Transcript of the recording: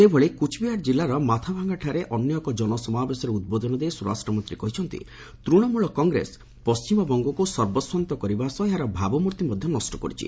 ସେହିଭଳି କୁଚ୍ବିହାର କିଲ୍ଲାର ମାଥାଭାଙ୍ଗାଠାରେ ଅନ୍ୟ ଏକ ଜନସମାବେଶରେ ଉଦ୍ବୋଧନ ଦେଇ ସ୍ୱରାଷ୍ଟ୍ର ମନ୍ତ୍ରୀ କହିଛନ୍ତି ତୂଣମ୍ବଳ କଂଗ୍ରେସ ପଶ୍ଚିମବଙ୍ଗକୁ ସର୍ବସ୍ୱାନ୍ତ କରିବା ସହ ଏହାର ଭାବମୂର୍ତ୍ତି ମଧ୍ୟ ନଷ୍ଟ କରିଛି